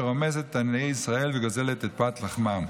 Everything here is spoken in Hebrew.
שרומסת את עניי ישראל וגוזלת את פת לחמם.